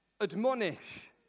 Admonish